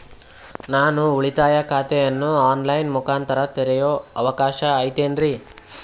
ನಾನು ಉಳಿತಾಯ ಖಾತೆಯನ್ನು ಆನ್ ಲೈನ್ ಮುಖಾಂತರ ತೆರಿಯೋ ಅವಕಾಶ ಐತೇನ್ರಿ?